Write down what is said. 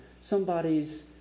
somebody's